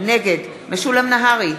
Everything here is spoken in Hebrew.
נגד משולם נהרי,